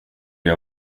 jag